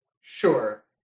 Sure